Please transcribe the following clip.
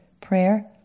prayer